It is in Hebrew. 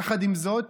יחד עם זאת,